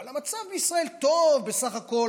אבל המצב בישראל טוב בסך הכול.